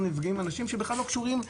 נפגעים הרבה אנשים שלא קשורים,